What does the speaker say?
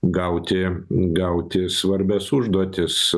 gauti gauti svarbias užduotis